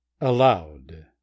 Aloud